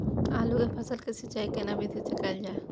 आलू के फसल के सिंचाई केना विधी स कैल जाए?